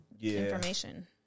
information